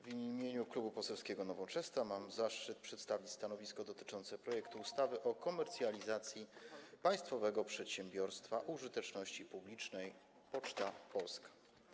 W imieniu Klubu Poselskiego Nowoczesna mam zaszczyt przedstawić stanowisko dotyczące projektu ustawy o zmianie ustawy o komercjalizacji państwowego przedsiębiorstwa użyteczności publicznej „Poczta Polska”